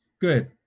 Good